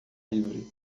livre